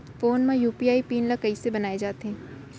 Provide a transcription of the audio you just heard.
Phone म UPI PIN ल कइसे बनाये जाथे?